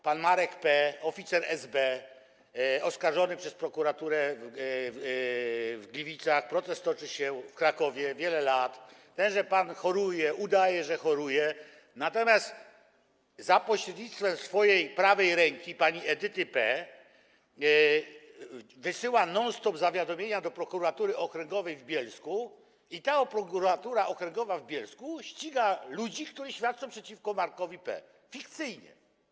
Pan Marek P., oficer SB, oskarżony przez prokuraturę w Gliwicach, proces toczy się w Krakowie wiele lat, tenże pan choruje, udaje, że choruje, natomiast za pośrednictwem swojej prawej ręki pani Edyty P. wysyła non stop zawiadomienia do Prokuratury Okręgowej w Bielsku i ta Prokuratura Okręgowa w Bielsku ściga ludzi, którzy świadczą przeciwko Markowi P., fikcyjnie.